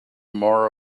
more